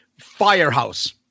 firehouse